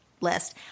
list